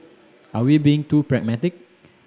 are we being too pragmatic